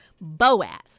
Boaz